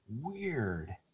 Weird